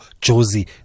Josie